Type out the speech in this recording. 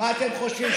מה אתם חושבים,